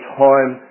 time